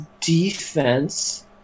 defense